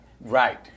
Right